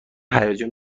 هیجان